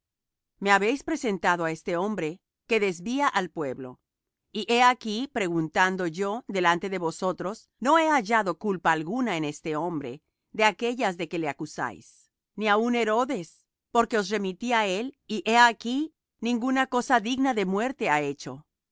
me habéis presentado á éste por hombre que desvía al pueblo y he aquí preguntando yo delante de vosotros no he hallado culpa alguna en este hombre de aquéllas de que le acusáis y ni aun herodes porque os remití á él y he aquí ninguna cosa digna de muerte ha hecho